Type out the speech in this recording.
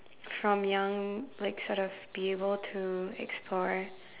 from young like sort of be able to explore